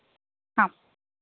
ആ